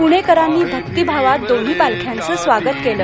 पुणेकरांनी भकितभावात दोन्ही पालख्यांचं स्वागत केलं